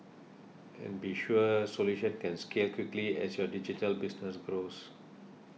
and be sure solution can scale quickly as your digital business grows